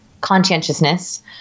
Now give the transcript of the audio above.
conscientiousness